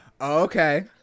Okay